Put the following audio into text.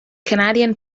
canadian